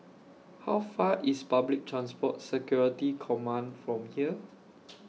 How Far IS Public Transport Security Command from here